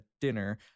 Dinner